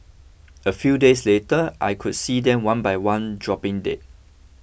a few days later I could see them one by one dropping dead